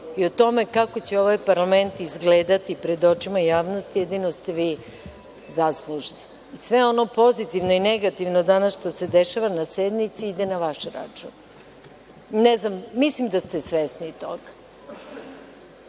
i o tome kako će ovaj parlament izgledati pred očima javnosti jedino ste vi zaslužni. Sve ono pozitivno i negativno danas što se dešava na sednici ide na vaš račun. Mislim da ste svesni toga.